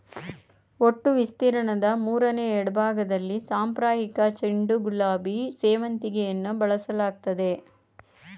ಒಟ್ಟು ವಿಸ್ತೀರ್ಣದ ಮೂರನೆ ಎರಡ್ಭಾಗ್ದಲ್ಲಿ ಸಾಂಪ್ರದಾಯಿಕ ಚೆಂಡು ಗುಲಾಬಿ ಸೇವಂತಿಗೆಯನ್ನು ಬೆಳೆಸಲಾಗ್ತಿದೆ